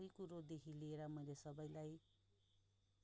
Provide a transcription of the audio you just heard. हरेक कुरादेखि लिएर मैले सबैलाई